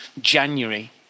January